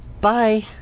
Bye